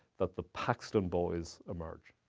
that the paxton boys emerge.